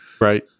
Right